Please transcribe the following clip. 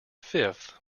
fifth